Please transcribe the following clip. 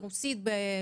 רוסית,